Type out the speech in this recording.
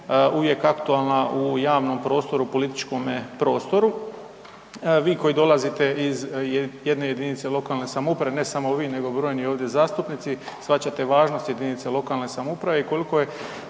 uvijek aktualna u javnom prostoru, u političke prostoru. Vi koji dolazite iz jedne jedinice lokalne samouprave, ne samo vi nego brojni ovdje zastupnici, shvaćate važnost jedinice lokalne samouprave i koliko je